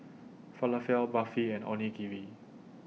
Falafel of Barfi and Onigiri